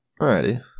Alrighty